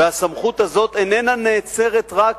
והסמכות הזאת איננה נעצרת רק